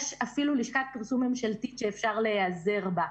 יש אפילו לשכת פרסום ממשלתית שאפשר להיעזר בה.